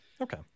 Okay